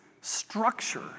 structure